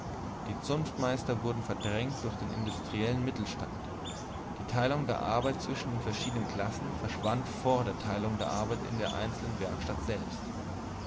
die zunftmeister wurden verdrängt durch den industriellen mittelstand die teilung der arbeit zwischen den verschiedenen korporationen verschwand vor der teilung der arbeit in der einzelnen werkstatt selbst